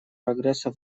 прогресса